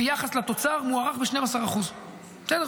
ביחס לתוצר מוערך ב-12%, בסדר?